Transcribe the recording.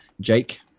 jake